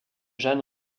jeanne